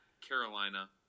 Carolina